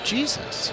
Jesus